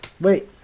Wait